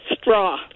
Straw